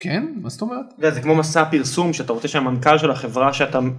מה זאת אומרת.. זה כמו מסע פרסום שאתה רוצה שהמנכ״ל של החברה שאתה...